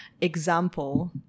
example